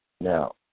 Now